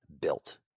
built